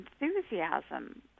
enthusiasm